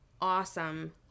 awesome